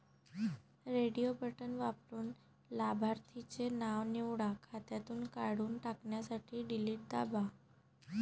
radio button वापरून लाभार्थीचे नाव निवडा, खात्यातून काढून टाकण्यासाठी डिलीट दाबा